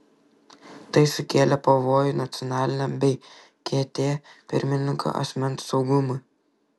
tai sukėlė pavojų nacionaliniam bei kt pirmininko asmens saugumui